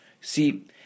See